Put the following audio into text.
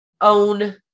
own